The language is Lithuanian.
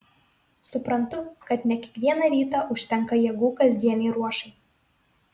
suprantu kad ne kiekvieną rytą užtenka jėgų kasdienei ruošai